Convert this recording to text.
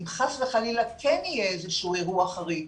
אם חס וחלילה כן יהיה אירוע חריג,